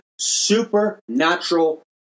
supernatural